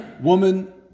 woman